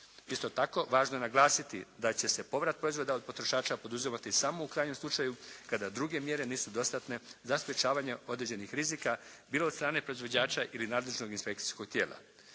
Isto tako važno je naglasiti da će se povrat proizvoda od potrošača poduzimati samo u krajnjem slučaju kada druge mjere nisu dostatne za sprječavanje određenih rizika bilo od strane proizvođača ili nadležnog inspekcijskog tijela.